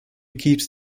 keeps